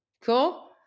Cool